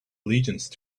allegiance